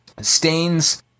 Stains